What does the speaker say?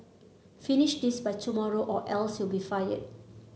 finish this by tomorrow or else you'll be fired